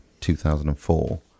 2004